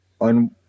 on